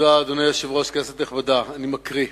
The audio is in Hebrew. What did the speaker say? אדוני היושב-ראש, תודה, כנסת נכבדה, אני מקריא: